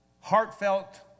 heartfelt